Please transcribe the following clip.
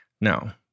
Now